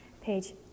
page